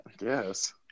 yes